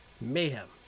Mayhem